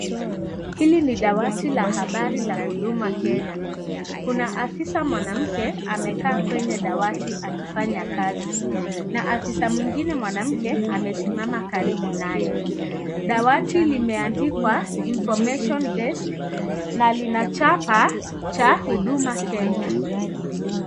Hilinni dawati la habari ya Huduma Kenya . Kuna afisa mwanamke amekaa kwenye dawati akifanya kazi na afisa mwingine mwanamke amesimama karibu naye. Dawati limeandikwa (CS)information desks(CS)na Lina chapa cha Huduma Kenya.